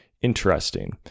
interesting